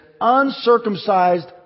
uncircumcised